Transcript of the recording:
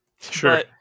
Sure